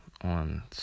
on